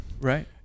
Right